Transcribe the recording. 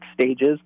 stages